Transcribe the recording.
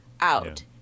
out